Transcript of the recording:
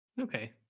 Okay